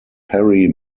perry